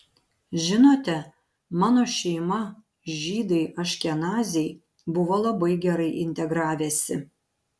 žinote mano šeima žydai aškenaziai buvo labai gerai integravęsi